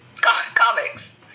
Comics